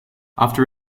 after